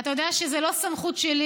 אתה יודע שזה לא סמכות שלי